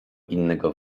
innego